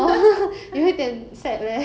但是就是没有钱不然